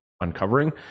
uncovering